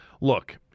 look